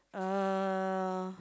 uh